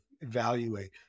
evaluate